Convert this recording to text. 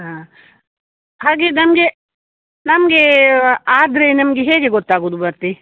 ಹಾಂ ಹಾಗೆ ನಮಗೆ ನಮಗೆ ಆದರೆ ನಮಗೆ ಹೇಗೆ ಗೊತ್ತಾಗೋದು ಭರ್ತಿ